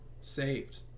saved